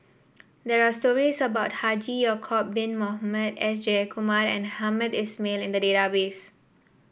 there are stories about Haji Ya'acob Bin Mohamed S Jayakumar and Hamed Ismail in the database